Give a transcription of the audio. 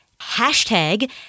Hashtag